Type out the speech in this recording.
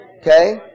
okay